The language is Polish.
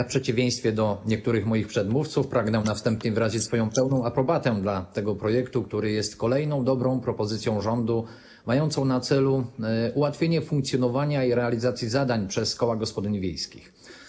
W przeciwieństwie do niektórych moich przedmówców pragnę na wstępie wyrazić swoją pełną aprobatę tego projektu, który jest kolejną dobrą propozycją rządu, mającą na celu ułatwienie funkcjonowania i realizacji zadań przez koła gospodyń wiejskich.